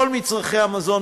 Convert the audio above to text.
כל מצרכי המזון.